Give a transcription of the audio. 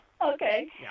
okay